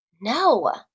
No